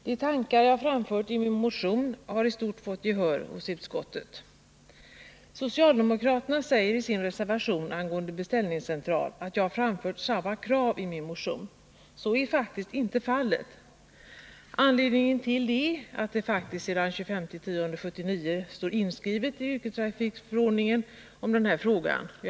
Herr talman! De tankar jag har anfört i min motion har i stort sett fått gehör hos utskottet. Socialdemokraterna säger i sin reservation angående beställningscentral att jag har framfört samma krav i min motion som de har gjort. Så är faktiskt inte fallet. Anledningen till det är att följande står inskrivet i yrkestrafikförordningen, som trädde i kraft den 1 januari i år.